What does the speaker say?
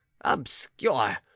obscure